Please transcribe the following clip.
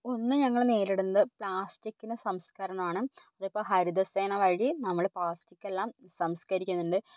ഒന്ന് ഞങ്ങള് നേരിടുന്നത് പ്ലാസ്റ്റിക്കിനെ സംസ്ക്കരണമാണ് അതിപ്പം ഹരിതസേന വഴി നമ്മള് പ്ലാസ്റ്റിക്കെല്ലാം സംസ്ക്കരിക്കുന്നുണ്ട്